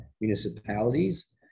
municipalities